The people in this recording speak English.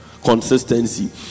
consistency